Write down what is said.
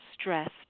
stressed